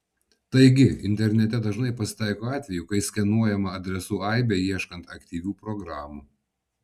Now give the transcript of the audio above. taigi internete dažnai pasitaiko atvejų kai skenuojama adresų aibė ieškant aktyvių programų